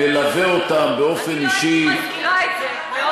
ומלווה אותם באופן אישי --- אני לא הייתי מזכירה את זה,